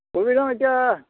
এতিয়া